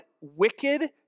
wicked